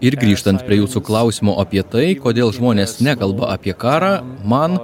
ir grįžtant prie jūsų klausimo apie tai kodėl žmonės nekalba apie karą man